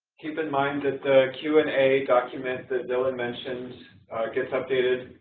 keep in mind that the q and a document that dylan mentioned gets updated